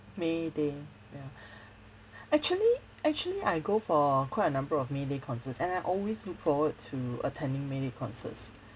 mayday ya actually actually I go for quite a number of mayday concerts and I always look forward to attending mayday concerts